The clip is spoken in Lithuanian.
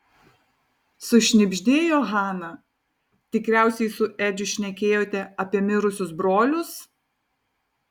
sušnibždėjo hana tikriausiai su edžiu šnekėjote apie mirusius brolius